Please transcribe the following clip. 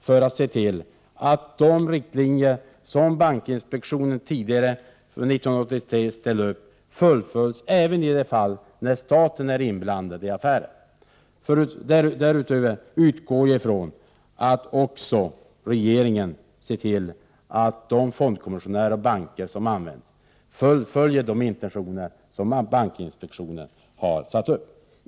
Man måste se till att de riktlinjer som bankinspektionen ställde upp 1983 fullföljs även i de fall där staten är inblandad i affären. Därutöver utgår jag från att också regeringen ser till att de fondkommissionärer och banker som anlitas fullföljer de intentioner som bankinspektionen har satt upp.